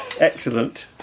Excellent